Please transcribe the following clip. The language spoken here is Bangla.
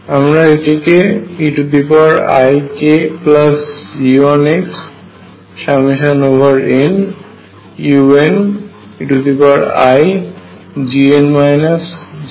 আমরা এটিকে eikG1xnuneix ভাবেও লিখতে পারি